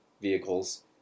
Vehicles